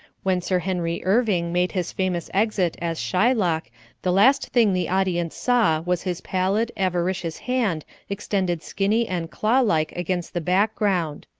when sir henry irving made his famous exit as shylock the last thing the audience saw was his pallid, avaricious hand extended skinny and claw-like against the background.